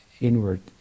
inward